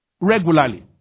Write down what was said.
regularly